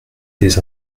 des